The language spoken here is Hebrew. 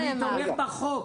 אני דוגל בחוק,